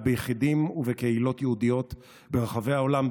ביחידים ובקהילות יהודיות ברחבי העולם.